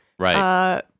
Right